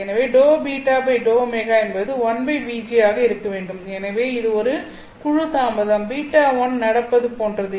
எனவே ∂β ∂ω என்பது 1vg ஆக இருக்க வேண்டும் எனவே இது ஒரு குழு தாமதம் β1 நடப்பது போன்றது